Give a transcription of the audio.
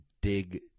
dig